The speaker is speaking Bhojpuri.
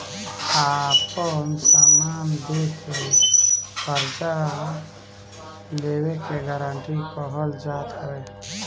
आपन समान दे के कर्जा लेवे के गारंटी कहल जात हवे